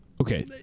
Okay